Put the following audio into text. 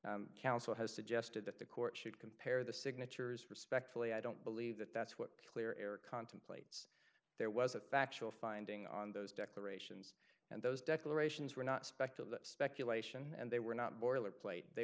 was counsel has suggested that the court should compare the signatures respectfully i don't believe that that's what clear air contemplate there was a factual finding on those declarations and those declarations were not speculate speculation and they were not born or plate they